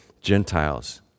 Gentiles